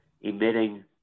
emitting